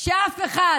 שאף אחד